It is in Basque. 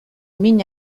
min